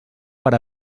per